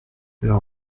leur